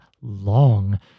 long